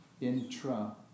Intra